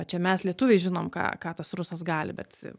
čia mes lietuviai žinom ką ką tas rusas gali bet